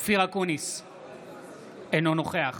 אינו נוכח